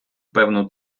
певну